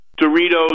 Doritos